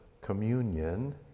communion